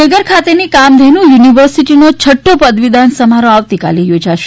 ગાંધીનગર ખાતેની કામઘેનુ યુનિવર્સિટીનો છઠ્ઠો પદવીદાન સમારોહ આવતીકાલે યોજાશે